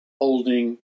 holding